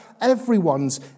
everyone's